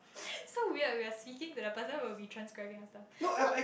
so weird we're be speaking to the person who will be transcribing our stuff no